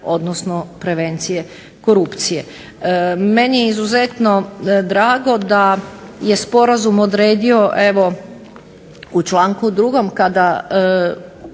odnosno prevencije korupcije. Meni je izuzetno drago da je sporazum odredio evo u članku 2. kada